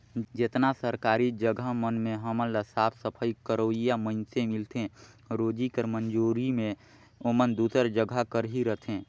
जेतना सरकारी जगहा मन में हमन ल साफ सफई करोइया मइनसे मिलथें रोजी कर मंजूरी में ओमन दूसर जगहा कर ही रहथें